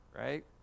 right